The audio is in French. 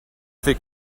fait